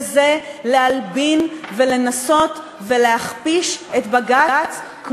וזה להלבין ולנסות ולהכפיש את בג"ץ.